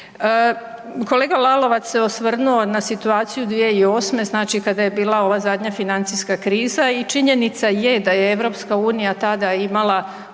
Kolega Lalovac se osvrnuo na situaciju 2008., znači kada je bila ova zadnja financijska kriza i činjenica je da je EU tada imala